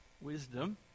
Wisdom